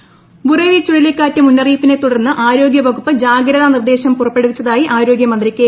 ശൈജല ബുറേവി ചുഴലിക്കാറ്റ് മുൻ്ടിയിപ്പിനെ തുടർന്ന് ആരോഗ്യ വകുപ്പ് ജാഗ്രതാ നിർദേശം ക് പ്യൂർപ്പെടുവിച്ചതായി ആരോഗൃ മന്ത്രി കെ